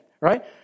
Right